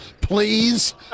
please